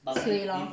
suay lor